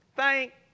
Thank